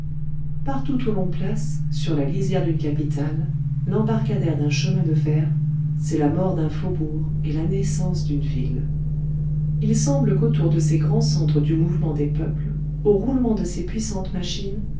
partout où l'on place sur la lisière d'une capitale l'embarcadère d'un chemin de fer c'est la mort d'un faubourg et la naissance d'une ville il semble qu'autour de ces grands centres du mouvement des peuples au roulement de ces puissantes machines